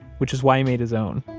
which is why he made his own,